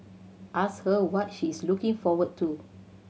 ask her what she is looking forward to